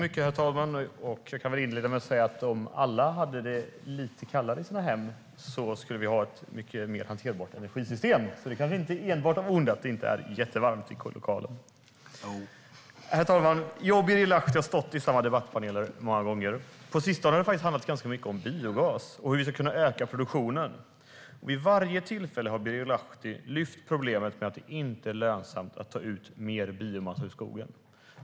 Herr talman! Jag och Birger Lahti har stått i samma debatter många gånger. På sistone har det handlat mycket hur vi ska kunna öka produktionen av biogas. Vid varje tillfälle har Birger Lahti lyft upp problemet med att det inte är lönsamt att ta ut mer biomassa ur skogen.